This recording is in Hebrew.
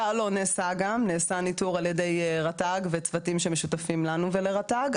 נעשה ניטור על ידי רט"ג וצוותים שמשותפים לנו ולרט"ג,